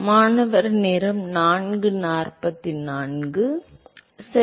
மாணவர் சரி